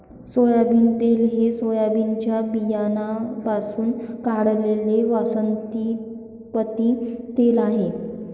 soybean तेल हे सोयाबीनच्या बियाण्यांपासून काढलेले वनस्पती तेल आहे